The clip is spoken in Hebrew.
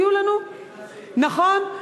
נכון.